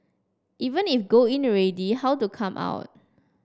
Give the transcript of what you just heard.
even if go in already how to come out